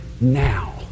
now